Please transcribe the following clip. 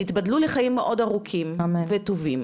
שייבדלו לחיים מאוד ארוכים וטובים.